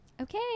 Okay